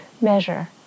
measure